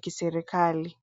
kiserikali.